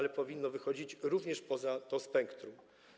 To powinno wychodzić również poza to spektrum.